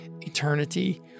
eternity